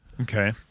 Okay